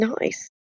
nice